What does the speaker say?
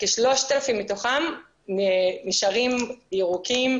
כ-3,000 מתוכם נשארים ירוקים,